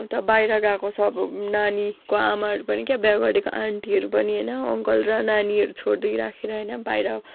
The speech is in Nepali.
अन्त बाहिर गएको छ अब नानीको आमाहरू पनि क्या बिहा गरेको आन्टीहरू पनि होइन अङ्कल र नानीहरू छोडिराखेर होइन बाहिर